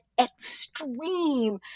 extreme